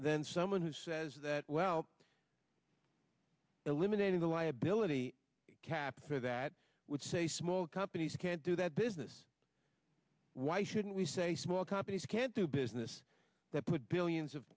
then someone who says that well eliminating the liability cap for that would say small companies can't do that business why shouldn't we say small companies can't do business that put billions of